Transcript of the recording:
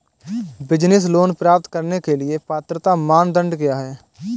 Business loan प्राप्त करने के लिए पात्रता मानदंड क्या हैं?